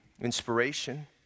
inspiration